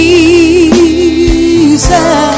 Jesus